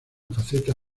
faceta